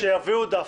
שיביאו דף.